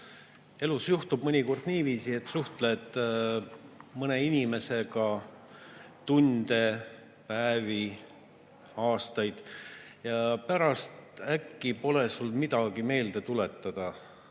Elus juhtub mõnikord niiviisi, et suhtled mõne inimesega tunde, päevi, aastaid, aga pärast äkki pole sul midagi meelde tuletada